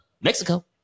Mexico